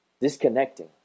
disconnecting